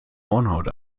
hornhaut